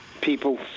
people